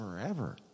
forever